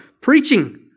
preaching